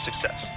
success